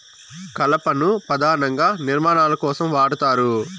కలపను పధానంగా నిర్మాణాల కోసం వాడతారు